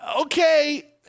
okay